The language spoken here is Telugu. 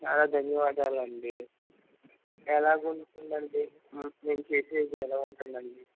చాలా ధన్యవాదాలండి ఎలాగుంటుందండి నేను చేసేది ఎలాగుంటుందండి